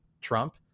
Trump